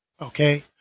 okay